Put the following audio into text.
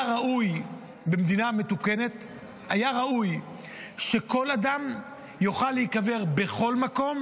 במדינה מתוקנת היה ראוי שכל אדם יוכל להיקבר בכל מקום,